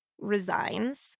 resigns